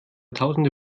tausende